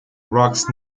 rocks